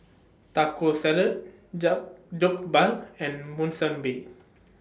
Taco Salad Jokbal and Monsunabe